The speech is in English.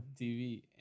TV